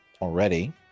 already